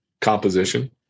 composition